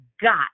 got